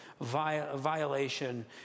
violation